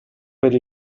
per